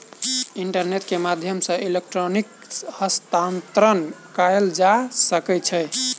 internet के माध्यम सॅ इलेक्ट्रॉनिक हस्तांतरण कयल जा सकै छै